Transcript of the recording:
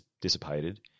dissipated